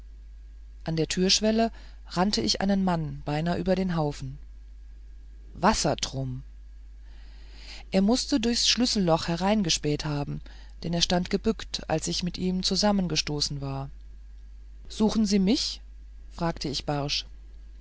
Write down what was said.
an der türschwelle rannte ich einen mann beinahe über den haufen wassertrum er mußte durchs schlüsselloch hereingespäht haben denn er stand gebückt als ich mit ihm zusammengestoßen war suchen sie mich fragte ich barsch